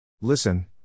Listen